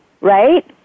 right